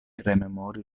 rememori